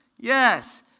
Yes